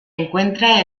encuentra